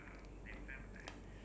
ya exactly